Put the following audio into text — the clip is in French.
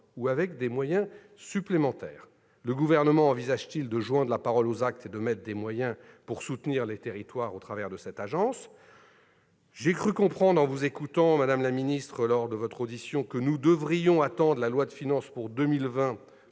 ou avec des moyens supplémentaires ? Le Gouvernement envisage-t-il de joindre la parole aux actes et de débloquer des financements pour soutenir les territoires au travers de cette agence ? J'ai cru comprendre en vous écoutant, madame la ministre, lors de votre audition que nous devrions attendre le projet de loi de finances pour 2020